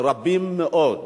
רבים מאוד,